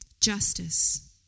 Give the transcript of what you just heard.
justice